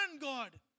God